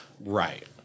Right